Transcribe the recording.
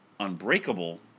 Unbreakable